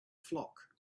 flock